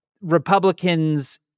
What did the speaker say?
Republicans